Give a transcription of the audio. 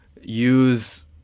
use